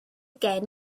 gen